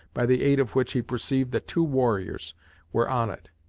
by the aid of which he perceived that two warriors were on it,